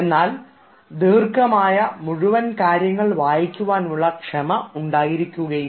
എന്നാൽ ദീർഘമായ മുഴുവൻ കാര്യങ്ങൾ വായിക്കുവാനുള്ള ക്ഷമ ഉണ്ടായിരിക്കുകയില്ല